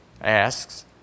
asks